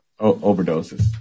overdoses